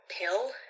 pill